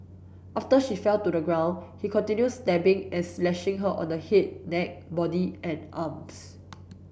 after she fell to the ground he continued stabbing and slashing her on her head neck body and arms